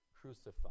crucified